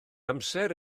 amser